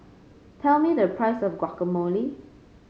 tell me the price of Guacamole